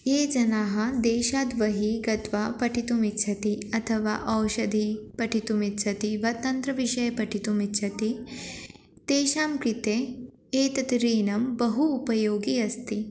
ये जनाः देशात् बहिः गत्वा पठितुम् इच्छन्ति अथवा औषधं पठितुम् इच्छन्ति वा तन्त्रविषये पठितुम् इच्छन्ति तेषां कृते एतद् ऋणं बहु उपयोगी अस्ति